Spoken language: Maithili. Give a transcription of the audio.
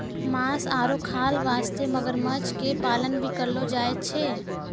मांस आरो खाल वास्तॅ मगरमच्छ के पालन भी करलो जाय छै